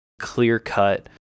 clear-cut